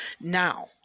Now